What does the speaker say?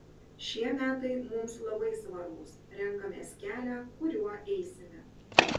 šie metai mums labai svarbūs renkamės kelią kuriuo eisime